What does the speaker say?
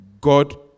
God